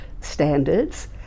standards